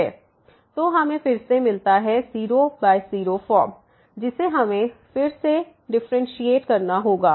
तो हमें फिर से मिलता है 0 0 0 0 फॉर्म जिसे हमें फिर से डिफरेंशिएट करना होगा